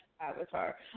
Avatar